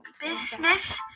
Business